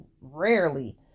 rarely